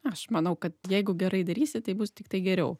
aš manau kad jeigu gerai darysi tai bus tiktai geriau